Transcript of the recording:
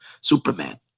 Superman